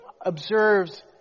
observes